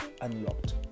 Unlocked